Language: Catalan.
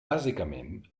bàsicament